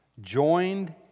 joined